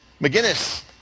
McGinnis